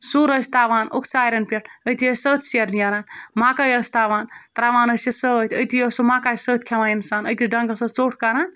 سُر ٲسۍ تَوان اُکہٕ ژارٮ۪ن پٮ۪ٹھ أتی ٲسۍ سوٚت سیت نیران مَکٲے ٲسۍ تَوان ترٛاوان ٲسۍ یہِ سۭتۍ أتی اوس سُہ مَکاے سوٚت کھٮ۪وان اِنسان أکِس ڈَںٛگَس ٲس ژوٚٹ کَران